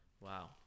Wow